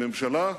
הממשלה,